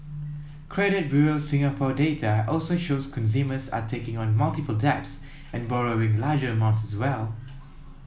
credit Bureau Singapore data also shows consumers are taking on multiple debts and borrowing larger amounts as well